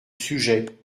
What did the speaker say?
sujet